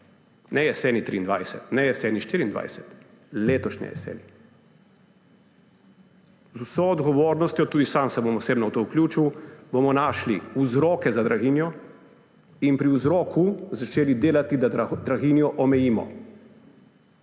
Ne jeseni 2023, ne jeseni 2024, do letošnje jeseni. Z vso odgovornostjo, tudi sam se bom osebno v to vključil, bomo našli vzroke za draginjo in pri vzroku začeli delati, da draginjo omejimo,